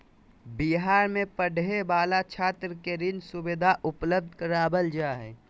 बिहार में पढ़े वाला छात्र के ऋण सुविधा उपलब्ध करवाल जा हइ